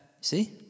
See